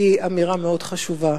זו אמירה מאוד חשובה.